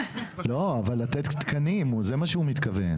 לא, אבל לתת תקנים, זה מה שהוא מתכוון.